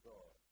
God